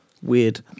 Weird